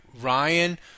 Ryan